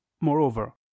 Moreover